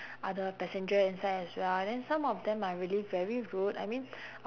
other passenger inside as well and then some of them are really very rude I mean